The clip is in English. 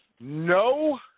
no